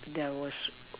there was